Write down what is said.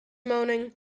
moaning